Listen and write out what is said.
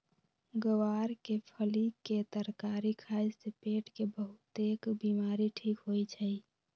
ग्वार के फली के तरकारी खाए से पेट के बहुतेक बीमारी ठीक होई छई